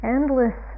Endless